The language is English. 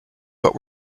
but